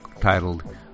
titled